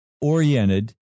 oriented